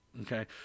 okay